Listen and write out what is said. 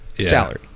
salary